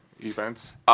events